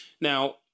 Now